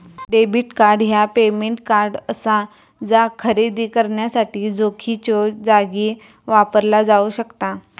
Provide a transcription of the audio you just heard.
debit card ह्या payment card असा जा खरेदी करण्यासाठी रोखीच्यो जागी वापरला जाऊ शकता